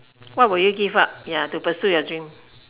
what will you give up ya to pursue your dream